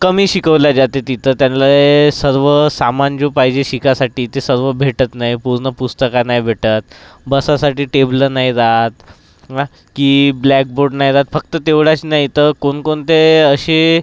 कमी शिकवले जाते तिथं त्यान्ले सर्व सामान जो पाहिजे शिकासाठी ते सर्व भेटत नाही पूर्ण पुस्तका नाही भेटत बसासाठी टेबलं नाही राहात हा की ब्लॅक बोर्ड नाही राहात फक्त तेवढंच नाही तर कोणकोणते असे